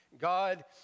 God